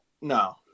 No